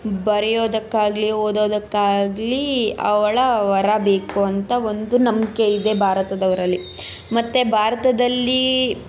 ಬರೆಯೊದಕ್ಕಾಗ್ಲಿ ಓದೋದಕ್ಕಾಗಲಿ ಅವಳ ವರ ಬೇಕು ಅಂತ ಒಂದು ನಂಬಿಕೆ ಇದೆ ಭಾರತದವರಲ್ಲಿ ಮತ್ತು ಭಾರತದಲ್ಲಿ